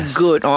good